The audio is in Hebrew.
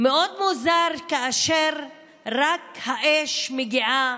שרק כאשר האש מגיעה